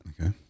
Okay